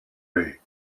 day